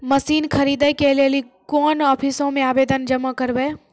Machine खरीदै के लेली कोन आफिसों मे आवेदन जमा करवै?